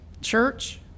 Church